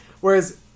Whereas